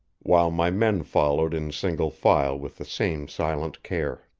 while my men followed in single file with the same silent care.